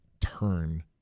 turn